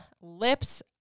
lips